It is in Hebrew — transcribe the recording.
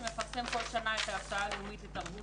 מפרסם כל שנה את ההוצאה הלאומית לתרבות,